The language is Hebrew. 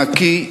נקי,